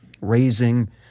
raising